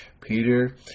Peter